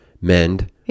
mend